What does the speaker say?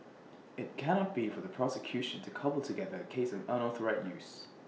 IT cannot be for the prosecution to cobble together A case of unauthorised use